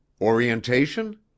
Orientation